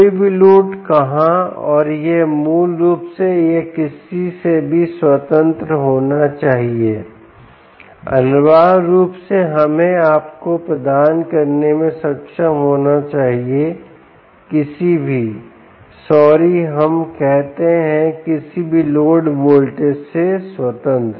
कोई भी लोड कहां और यह मूल रूप से यह किसी से भी स्वतंत्र होना चाहिए अनिवार्य रूप से हमें आपको प्रदान करने में सक्षम होना चाहिए किसी भी सॉरी हम कहते हैं किसी भी लोड वोल्टेज से स्वतंत्र